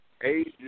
Asia